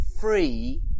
free